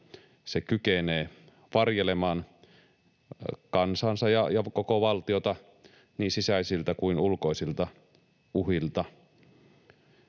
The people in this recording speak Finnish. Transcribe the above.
se kykenee varjelemaan kansaansa ja koko valtiota niin sisäisiltä kuin ulkoisilta uhilta.